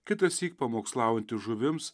kitąsyk pamokslaujantis žuvims